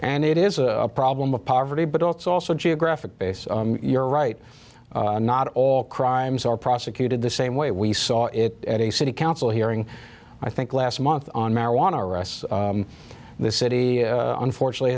and it is a problem of poverty but it's also geographic base you're right not all crimes are prosecuted the same way we saw it at a city council hearing i think last month on marijuana arrests the city unfortunately